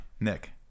Nick